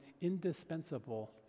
indispensable